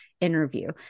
Interview